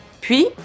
Puis